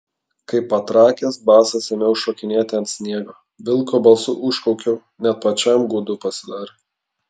kaip patrakęs basas ėmiau šokinėti ant sniego vilko balsu užkaukiau net pačiam gūdu pasidarė